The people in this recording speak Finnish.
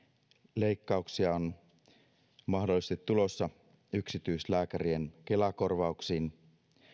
leikkauksia on mahdollisesti tulossa yksityislääkärien kela korvauksiin